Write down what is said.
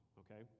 okay